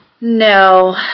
No